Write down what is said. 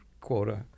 quota